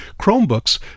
chromebooks